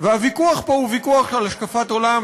והוויכוח פה הוא ויכוח על השקפת עולם,